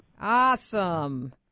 Awesome